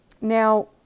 Now